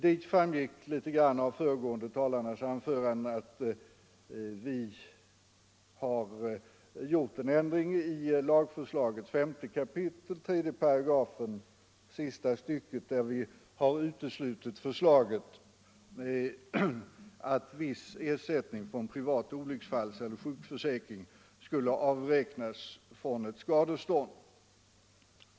Det framgick av de föregående talarnas anföranden att vi har gjort en ändring i lagförslagets 5 kap. 3§ sista stycket, där vi har uteslutit förslaget om att viss ersättning från privat olycksfalls eller sjukförsäkring skulle avräknas från skadestånd.